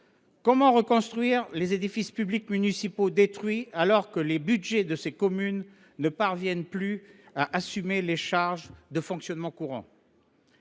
Comment reconstruire les édifices publics municipaux détruits, alors que les budgets de ces communes ne parviennent plus à assumer les charges de fonctionnement courant ?